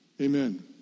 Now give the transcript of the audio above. amen